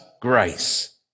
grace